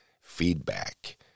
feedback